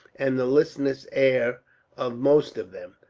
and the listless air of most of them.